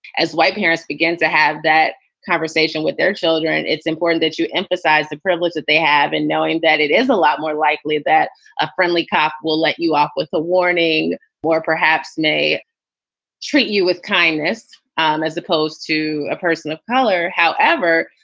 as white parents, begin to have that conversation with their children. it's important that you emphasize the privilege that they have and knowing that it is a lot more likely that a friendly cop will let you off with a warning or perhaps they treat you with kindness um as opposed to a person of color. however,